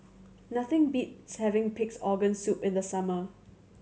nothing beats having Pig's Organ Soup in the summer